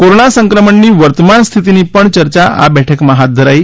corona સંક્રમણની વર્તમાન સ્થિતિની પણ ચર્ચા આ બેઠકમાં હાથ ધરાઈ